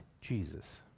Jesus